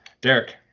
Derek